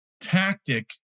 tactic